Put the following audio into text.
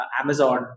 Amazon